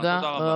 תודה רבה.